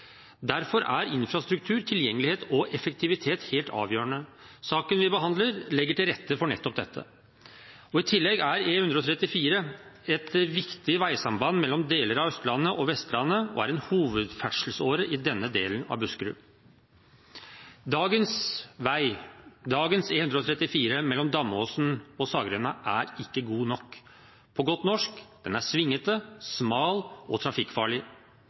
Derfor er infrastruktur, tilgjengelighet og effektivitet helt avgjørende. Saken vi behandler, legger til rette for nettopp dette. I tillegg er E134 et viktig veisamband mellom deler av Østlandet og Vestlandet, og den er en hovedferdselsåre i denne delen av Buskerud. Dagens E134 mellom Damåsen og Saggrenda er ikke god nok. På godt norsk: Den er svingete, smal og trafikkfarlig.